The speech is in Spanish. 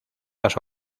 las